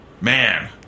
man